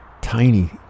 tiny